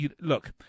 look